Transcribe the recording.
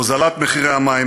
הוזלת מחירי המים,